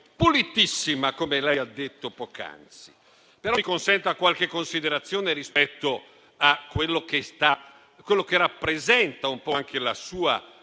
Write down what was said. pulitissima, come lei ha detto poc'anzi. Mi consenta però qualche considerazione rispetto a quello che rappresenta un po' anche la sua